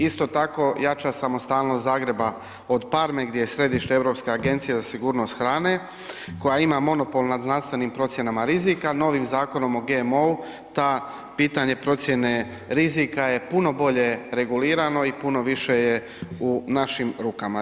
Isto tako, jača samostalnost Zagreba od Parme gdje je središte Europske agencije za sigurnost hrane koja ima monopol nad znanstvenim procjenama rizika, novim Zakonom o GMO-u ta pitanje procjene rizika je puno bolje regulirano i puno više je u našim rukama.